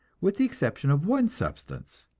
with the exception of one substance,